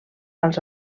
als